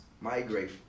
migrate